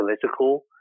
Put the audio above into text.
political